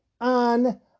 on